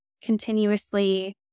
continuously